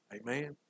Amen